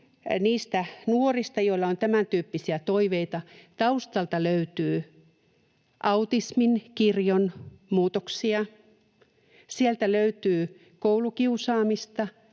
niistä nuorista, joilla on tämän tyyppisiä toiveita, taustalta löytyy autismin kirjon muutoksia. Sieltä löytyy koulukiusaamista,